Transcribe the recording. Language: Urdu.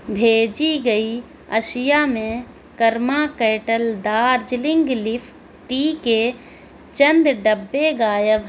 بھیجی گئی اشیاء میں Karma Kettle Darjeeling leaf tea کے چند ڈبے غائب